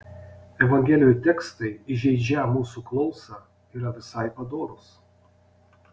evangelijų tekstai įžeidžią mūsų klausą yra visai padorūs